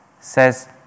says